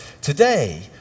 Today